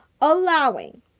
allowing